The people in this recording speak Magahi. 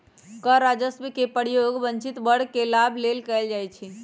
कर राजस्व के प्रयोग वंचित वर्ग के लाभ लेल कएल जाइ छइ